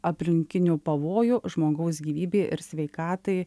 aplinkinių pavojų žmogaus gyvybei ir sveikatai